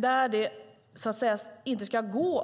Det ska inte gå